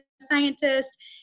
scientist